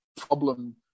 problem